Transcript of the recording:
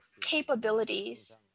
capabilities